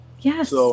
Yes